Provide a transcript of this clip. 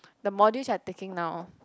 the modules you are taking now